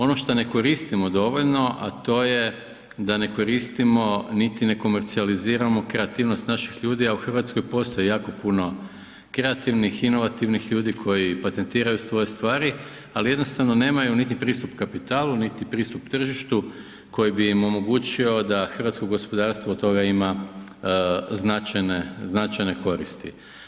Ono šta ne koristimo dovoljno a to je da ne koristimo niti ne komercijaliziramo kreativnost naših ljudi a u Hrvatskoj postoji jako puno kreativnih, inovativnih ljudi koji patentiraju svoje stvari ali jednostavno nemaju niti pristup kapitalu, niti pristup tržištu koji bi im omogućio da hrvatsko gospodarstvo od toga ima značajne koristi.